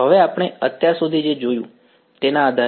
હવે આપણે અત્યાર સુધી જે જોયું તેના આધારે